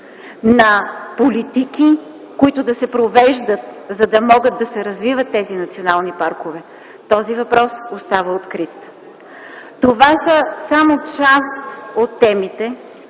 на политики, които да се провеждат, за да могат да се развиват тези национални паркове? Този въпрос остава открит. Това са само част от темите,